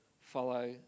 follow